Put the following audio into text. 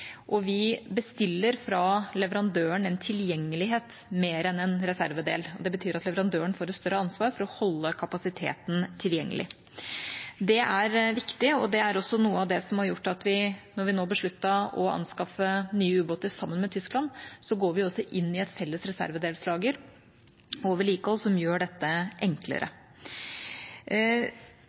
Vi bestiller fra leverandøren en tilgjengelighet, mer enn en reservedel, og det betyr at leverandøren får et større ansvar for å holde kapasiteten tilgjengelig. Det er viktig. Det er også noe av det som har gjort at vi – når vi nå besluttet å anskaffe nye ubåter sammen med Tyskland – også går inn i et felles reservedelslager og vedlikehold, som gjør dette enklere.